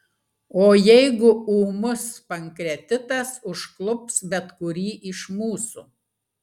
o jeigu ūmus pankreatitas užklups bet kurį iš mūsų